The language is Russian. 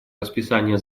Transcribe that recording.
расписание